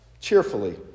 cheerfully